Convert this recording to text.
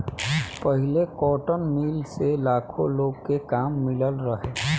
पहिले cotton mill से लाखो लोग के काम मिलल रहे